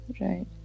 Right